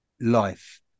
life